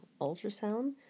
ultrasound